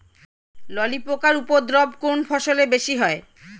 ললি পোকার উপদ্রব কোন ফসলে বেশি হয়?